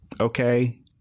okay